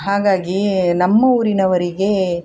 ಹಾಗಾಗಿ ನಮ್ಮ ಊರಿನವರಿಗೆ